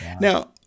Now